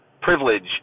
privilege